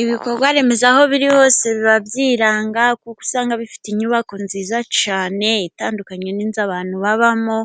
Ibikorwa remezo aho biri hose biba byiranga, kuko usanga bifite inyubako nziza cyane itandukanye n'izu abantu babamo.